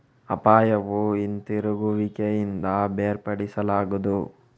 ಅಪಾಯವು ಹಿಂತಿರುಗುವಿಕೆಯಿಂದ ಬೇರ್ಪಡಿಸಲಾಗದು